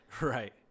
Right